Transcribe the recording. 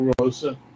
rosa